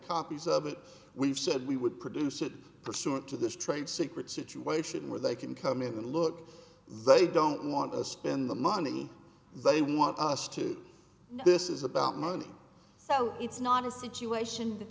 copies of it we've said we would produce it pursuant to this trade secret situation where they can come in and look they don't want to spend the money they want us to know this is about money so it's not a situation that